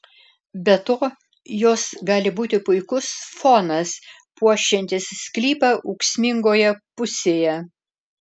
be to jos gali būti puikus fonas puošiantis sklypą ūksmingoje pusėje